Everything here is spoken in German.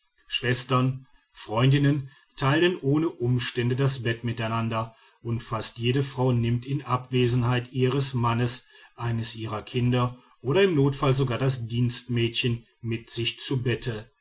schwestern freundinnen teilen ohne umstände das bett miteinander und fast jede frau nimmt in abwesenheit ihres mannes eines ihrer kinder oder im notfall sogar das dienstmädchen mit sich zu bette